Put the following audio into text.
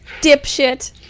dipshit